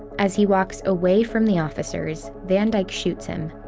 as he walks away from the officers, van dyke shoots him.